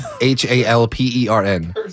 H-A-L-P-E-R-N